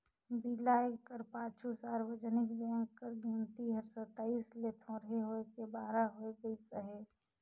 बिलाए कर पाछू सार्वजनिक बेंक कर गिनती हर सताइस ले थोरहें होय के बारा होय गइस अहे